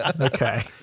Okay